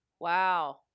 wow